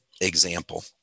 example